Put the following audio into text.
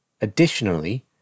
Additionally